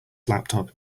laptop